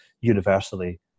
universally